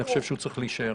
אני חושב שהוא צריך להישאר.